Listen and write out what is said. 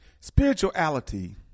Spirituality